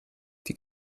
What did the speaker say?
die